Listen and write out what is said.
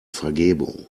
vergebung